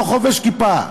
לא חובש כיפה,